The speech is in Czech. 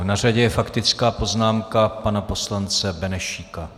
Na řadě je faktická poznámka pana poslance Benešíka.